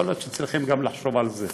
יכול להיות שצריכים לחשוב גם על זה.